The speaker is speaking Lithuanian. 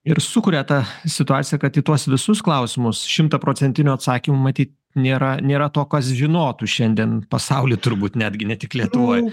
ir sukuria tą situaciją kad į tuos visus klausimus šimtaprocentinio atsakymo matyt nėra nėra to kas žinotų šiandien pasauly turbūt netgi ne tik lietuvoj